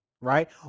right